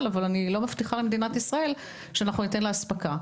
אבל היא לא מבטיחה למדינת ישראל שהיא תיתן לה אספקה.